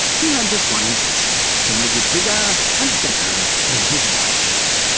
he had just one intention to make it bigger and better than his rival's.